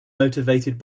motivated